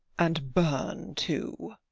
and burn too.